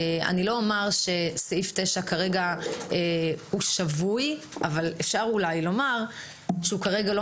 אני לא אומר שסעיף 9 כרגע שבוי אבל אפשר אולי לומר שהוא כרגע לא